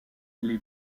les